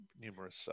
numerous